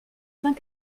vingt